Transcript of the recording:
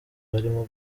barimo